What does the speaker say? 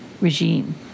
regime